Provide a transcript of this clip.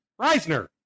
Reisner